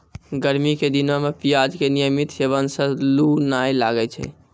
गर्मी के दिनों मॅ प्याज के नियमित सेवन सॅ लू नाय लागै छै